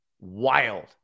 wild